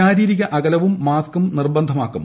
ശാരീരിക അകലവും മാസ്കും നിർബന്ധമാക്കും